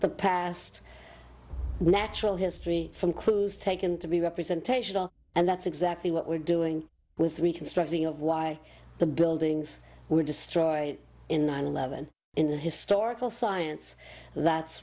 the past natural history from clues taken to be representational and that's exactly what we're doing with reconstructing of why the buildings were destroyed in nine eleven in the historical science that's